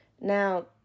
Now